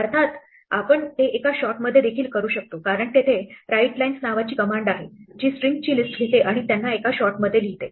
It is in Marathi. अर्थात आपण ते एका शॉटमध्ये देखील करू शकतो कारण तेथे राईट लाइन्स नावाची कमांड आहे जी स्ट्रिंगची लिस्ट घेते आणि त्यांना एका शॉटमध्ये लिहिते